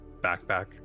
backpack